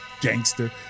gangster